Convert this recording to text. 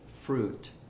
fruit